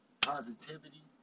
positivity